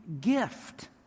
gift